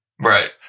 Right